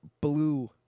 blue